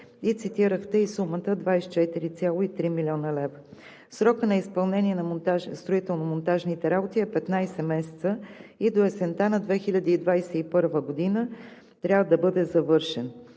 и цитирахте и сумата 24,3 млн. лв. Срокът на изпълнение на строително-монтажните работи е 15 месеца и до есента на 2021 г. трябва да бъде завършен.